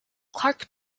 clark